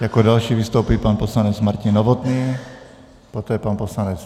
Jako další vystoupí pan poslanec Martin Novotný, poté pan poslanec Fiedler.